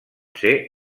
ser